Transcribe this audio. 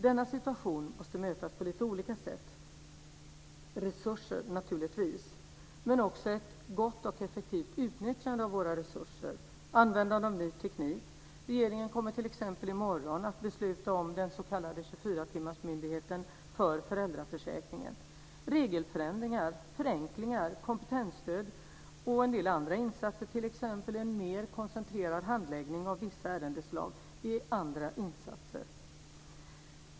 Denna situation måste mötas på lite olika sätt, naturligtvis med resurser men också ett gott och effektivt utnyttjande av våra resurser, användande av ny teknik. Regeringen kommer t.ex. i morgon att besluta om den s.k. 24-timmarsmyndigheten för föräldraförsäkringen. Regelförändringar, förenklingar, kompetensstöd och en del andra insatser, t.ex. en mer koncentrerad handläggning av vissa ärendeslag, är andra insatser.